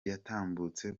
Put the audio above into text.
yatambutse